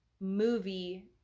movie